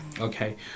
Okay